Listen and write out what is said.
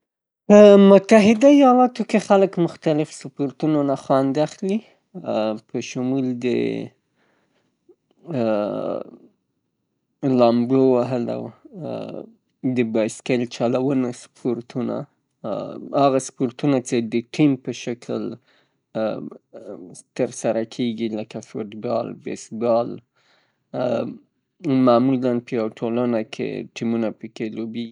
په متحده ایالاتو کې خک مختلف سپورټونو نه خوند اخلي، په شمول د لامبو وهل او د بایسکل چلول. سپورټونه هغه سپورټونه چې د ټیم په شکل ترسره کیږي لکه فوتبال، بیسبال معمولاً په یوه ټولنه کې ټیمونه په کې لوبیږي.